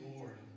Lord